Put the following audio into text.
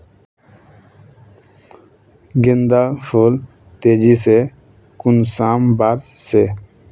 गेंदा फुल तेजी से कुंसम बार से?